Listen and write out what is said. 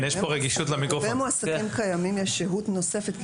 לגבי מועסקים קיימים יש שהות נוספת,